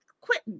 Quit